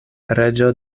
reĝo